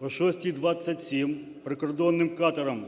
О 6:27 прикордонним катером